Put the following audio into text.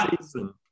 season